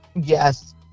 Yes